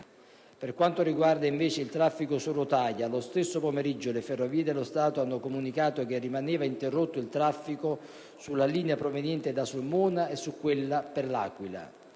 Per quanto concerne il traffico su rotaia, lo stesso pomeriggio le Ferrovie dello Stato hanno comunicato che rimaneva interrotto il traffico sulla linea proveniente da Sulmona e su quella per L'Aquila,